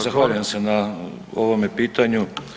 Zahvaljujem se na ovome pitanju.